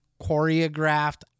choreographed